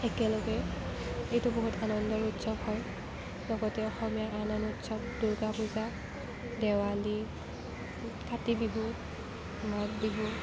একেলগে এইটো বহুত আনন্দৰ উৎসৱ হয় লগতে অসমীয়াৰ আন আন উৎসৱ দুৰ্গা পূজা দেৱালী কাতি বিহু মাঘ বিহু